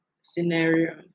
scenario